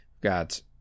got